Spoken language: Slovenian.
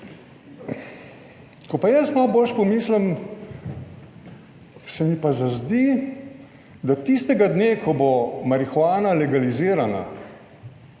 Ko pa jaz malo boljše pomislim, se mi pa zazdi, da tistega dne, ko bo marihuana legalizirana,